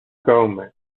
government